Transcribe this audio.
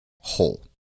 whole